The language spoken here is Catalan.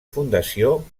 fundació